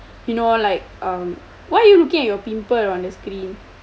you know like um why are you looking at your pimple on the screen